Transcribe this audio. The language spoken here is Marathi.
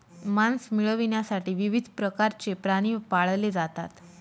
मांस मिळविण्यासाठी विविध प्रकारचे प्राणी पाळले जातात